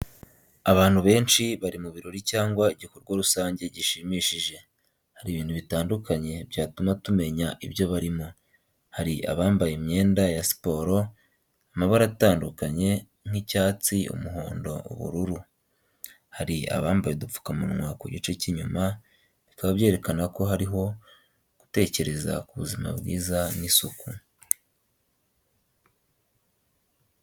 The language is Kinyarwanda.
Abantu benshi bari mu birori cyangwa igikorwa rusange gishimishije. Hari ibintu bitandukanye byatuma tumenya ibyo barimo. Hari abambaye imyenda ya siporo amabara atandukanye nk'icyatsi, umuhondo, ubururu. Hari abambaye udupfukamunwa ku gice cy’inyuma, bikaba byerekana ko hariho gutekereza ku buzima bwiza n'isuku.